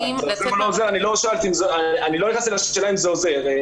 אני לא נכנסתי לשאלה אם זה עוזר.